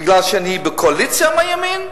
בגלל שאני בקואליציה עם הימין?